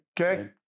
Okay